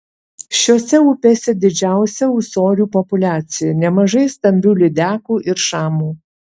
šiose upėse didžiausia ūsorių populiacija nemažai stambių lydekų ir šamų